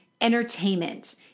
entertainment